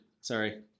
Sorry